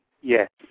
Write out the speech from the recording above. yes